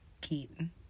Keaton